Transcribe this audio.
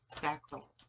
sacral